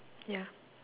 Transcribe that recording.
ya